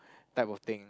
type of thing